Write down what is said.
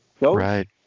Right